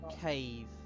cave